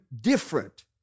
different